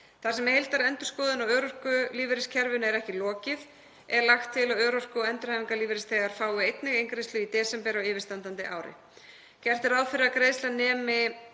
Þar sem heildarendurskoðun á örorkulífeyriskerfinu er ekki lokið er lagt til að örorku- og endurhæfingarlífeyrisþegar fái einnig eingreiðslu í desember á yfirstandandi ári. Gert er ráð fyrir að greiðslan nemi